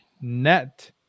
net